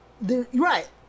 Right